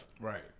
Right